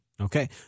Okay